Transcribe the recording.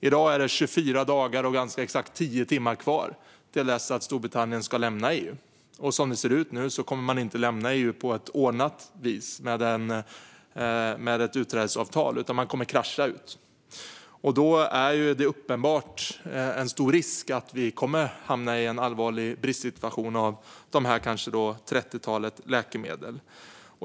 I dag är det 24 dagar och ganska exakt tio timmar kvar till dess att Storbritannien ska lämna EU. Som det ser ut nu kommer man inte att lämna EU på ett ordnat vis med ett utträdesavtal, utan man kommer att krascha ut. Då finns en uppenbar och stor risk för att vi kommer att hamna i en allvarlig bristsituation vad gäller dessa kanske trettiotalet läkemedel.